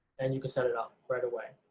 and you can set it up right away.